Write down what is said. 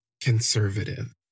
conservative